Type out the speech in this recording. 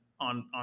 on